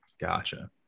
Gotcha